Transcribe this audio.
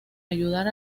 ayudar